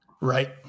Right